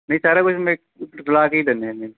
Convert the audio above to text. ਨਹੀਂ ਸਾਰਾ ਕੁਛ ਮਿਕ ਲਾ ਕੇ ਹੀ ਦਿੰਦੇ ਹੁੰਦੇ ਹਾਂ ਜੀ